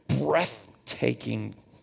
breathtaking